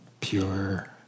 pure